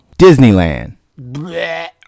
Disneyland